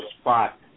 spot